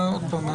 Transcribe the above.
עוד פעם,